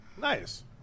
Nice